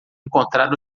encontraram